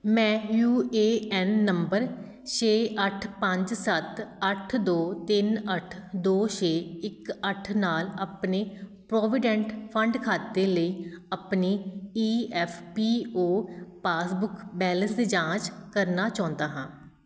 ਮੈਂ U A N number ਛੇ ਅੱਠ ਪੰਜ ਸੱਤ ਅੱਠ ਦੋ ਤਿੰਨ ਅੱਠ ਦੋ ਛੇ ਇੱਕ ਅੱਠ ਨਾਲ ਆਪਣੇ ਪ੍ਰੋਵੀਡੈਂਟ ਫੰਡ ਖਾਤੇ ਲਈ ਆਪਣੀ E F P O passbook balance ਦੀ ਜਾਂਚ ਕਰਨਾ ਚਾਹੁੰਦਾ ਹਾਂ